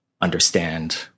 understand